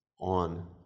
on